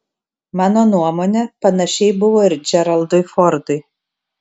mano nuomone panašiai buvo ir džeraldui fordui